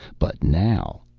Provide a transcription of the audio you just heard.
but now,